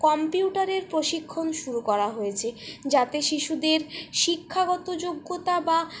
কম্পিউটারের প্রশিক্ষণ শুরু করা হয়েছে যাতে শিশুদের শিক্ষাগত যোগ্যতা বা